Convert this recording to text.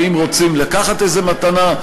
ואם רוצים לקחת איזו מתנה,